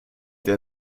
der